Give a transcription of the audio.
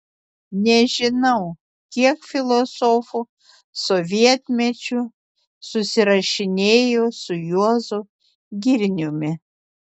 nežinau kiek filosofų sovietmečiu susirašinėjo su juozu girniumi